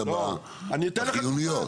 אלא בחיוניות.